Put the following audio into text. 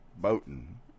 boating